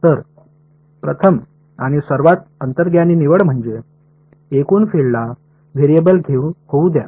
तर प्रथम आणि सर्वात अंतर्ज्ञानी निवड म्हणजे एकूण फील्डला व्हेरिएबल होऊ द्या